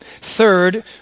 Third